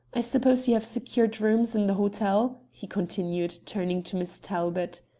i suppose you have secured rooms in the hotel? he continued, turning to miss talbot.